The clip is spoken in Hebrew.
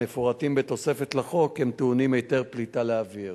המפורטים בתוספת לחוק, טעונים היתר פליטה לאוויר.